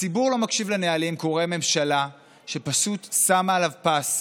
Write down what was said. הציבור לא מקשיב לנהלים כי הוא רואה ממשלה שפשוט שמה עליו פס,